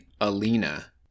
Alina